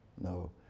No